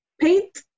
paint